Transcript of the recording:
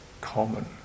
common